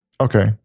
Okay